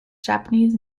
japanese